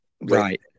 Right